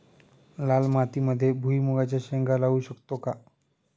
लाल मातीमध्ये भुईमुगाच्या शेंगा लावू शकतो का?